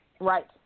Right